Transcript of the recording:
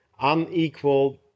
unequal